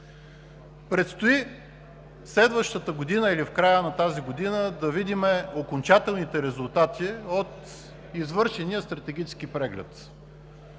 Предстои следващата година или в края на тази да видим окончателните резултати от извършения стратегически преглед.